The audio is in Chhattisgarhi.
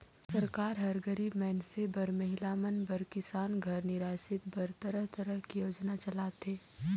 सरकार हर गरीब मइनसे बर, महिला मन बर, किसान घर निरासित बर तरह तरह के योजना चलाथे